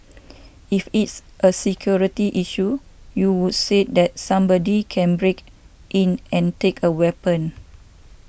if it's a security issue you would say that somebody can break in and take a weapon